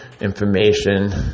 information